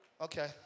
Okay